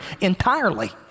entirely